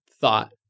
thought